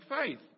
faith